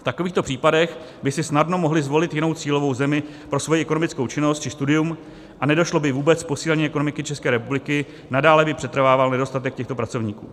V takovýchto případech by si snadno mohli zvolit jinou cílovou zemi pro svoji ekonomickou činnost či studium a nedošlo by vůbec k posílení ekonomiky České republiky, nadále by přetrvával nedostatek těchto pracovníků.